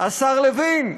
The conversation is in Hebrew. השר לוין: